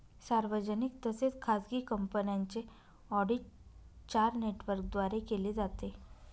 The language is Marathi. सार्वजनिक तसेच खाजगी कंपन्यांचे ऑडिट चार नेटवर्कद्वारे केले जाते